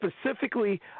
specifically